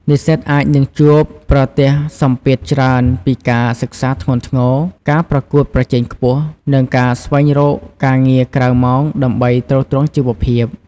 និស្សិតអាចនឹងជួបប្រទះសម្ពាធច្រើនពីការសិក្សាធ្ងន់ធ្ងរ ការប្រកួតប្រជែងខ្ពស់ និងការស្វែងរកការងារក្រៅម៉ោងដើម្បីទ្រទ្រង់ជីវភាព។